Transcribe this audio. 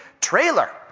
Trailer